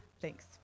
Thanks